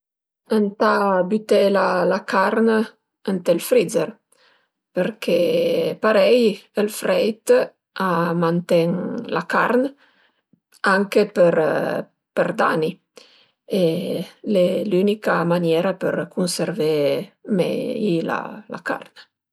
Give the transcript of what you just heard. Ëntà büté la carn ënt ël frizer përché parei ël freit a manten la carn anche për d'ani e l'e l'ünica maniera për cunservé mei la carn